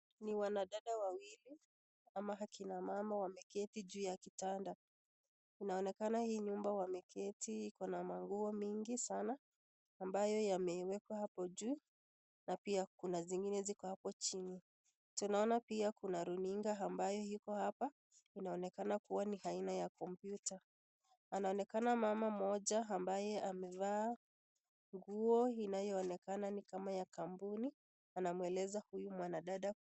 Ni wadada wawili ama akina mama wameketi juu ya kitanda inaonekana hii nyumba wameketi kuna manguo mingi sana ambayo yamewekwa hapo juu na pia kuna zingine ziko hapo jini, tunaona pia kuna runinga ambayo iko hapa inaonekana kuwa ni aina ya kompyuta anaonekana mama mmoja mabaye amevaa nguo inayoonekana ni kama ni ya kambuni anamweleza huyu mwanadada.